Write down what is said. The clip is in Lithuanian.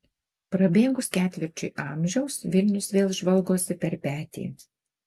prabėgus ketvirčiui amžiaus vilnius vėl žvalgosi per petį